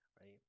right